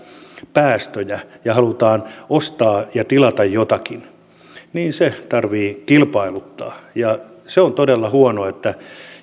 päästöjä ja halutaan ostaa ja tilata jotakin niin se tarvitsee kilpailuttaa ja se on todella huono että